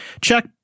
Check